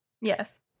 Yes